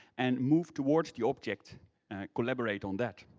and move toward the object collborate on that.